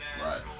Right